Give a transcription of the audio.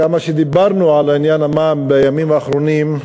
כמה שדיברנו על עניין המע"מ בימים האחרונים,